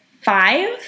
five